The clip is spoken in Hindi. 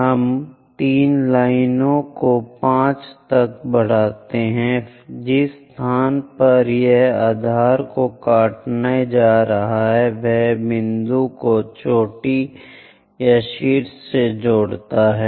हम 3 लाइनों को 5 तक बढ़ाते हैं जिस स्थान पर यह आधार को काटने जा रहा है वह बिंदु को चोटी या शीर्ष से जोड़ता है